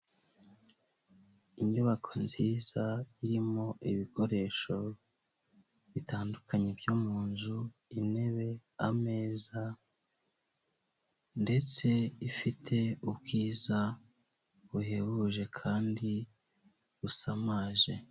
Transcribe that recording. Inyubako nziza irimo ibikoresho bitandukanye byo mu nzu: intebe, ameza ndetse ifite ubwiza buhebuje kandi busamaje.